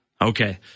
Okay